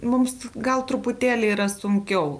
mums gal truputėlį yra sunkiau